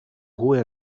hohe